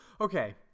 Okay